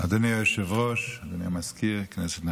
אדוני היושב-ראש, אדוני המזכיר, כנסת נכבדה,